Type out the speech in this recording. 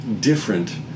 different